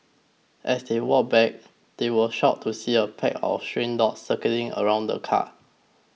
as they walked back they were shocked to see a pack of stray dogs circling around the car